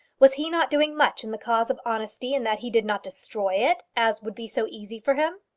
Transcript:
was he not doing much in the cause of honesty in that he did not destroy it, as would be so easy for him?